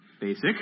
basic